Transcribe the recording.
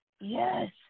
Yes